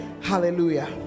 Hallelujah